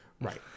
right